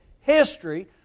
history